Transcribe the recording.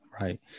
right